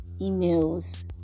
emails